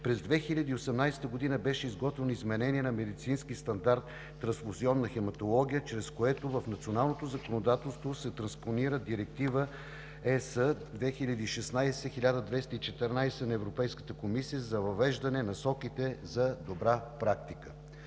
през 2018 г. беше изготвено изменение на медицински стандарт „Трансфузионна хематология“, чрез което в националното законодателство се транспонира Директива ЕС 2016/1214 на Европейската комисия за въвеждане насоките за добра практика.